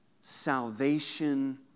Salvation